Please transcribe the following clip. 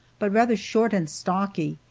but rather short and stocky.